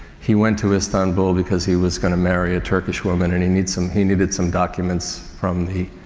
he went to istanbul because he was going to marry a turkish woman and he needs some, he needed some documents from the,